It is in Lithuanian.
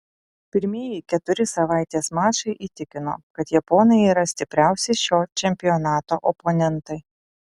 pirmieji keturi savaitės mačai įtikino kad japonai yra stipriausi šio čempionato oponentai